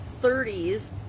30s